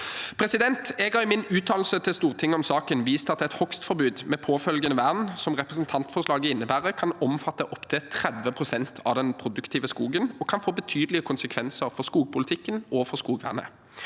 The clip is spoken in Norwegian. Jeg har i min uttalelse til Stortinget om saken vist til at et hogstforbud med påfølgende vern, som representantforslaget innebærer, kan omfatte opptil 30 pst. av den produktive skogen og kan få betydelige konsekvenser for skogpolitikken og for skogvernet.